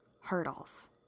hurdles